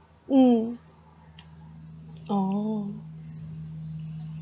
mm oh